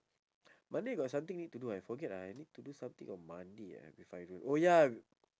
monday got something need to do ah I forget lah I need to do something on monday ah with fairul oh ya